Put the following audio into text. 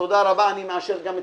תודה, אני מאשר אותם.